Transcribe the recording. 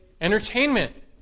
entertainment